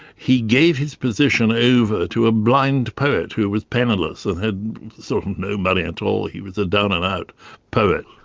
he gave his position over to a blind poet who was penniless, and had sort of no money at all, he was a down-and-out poet.